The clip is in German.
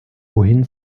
wohin